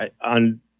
on